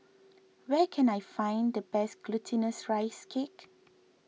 where can I find the best Glutinous Rice Cake